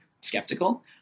skeptical